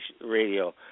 Radio